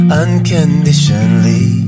unconditionally